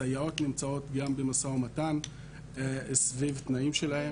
הסייעות נמצאות גם במשא ומתן סביב התנאים שלהן.